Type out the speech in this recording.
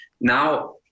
now